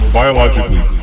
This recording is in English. biologically